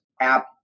app